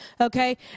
okay